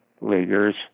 leaguers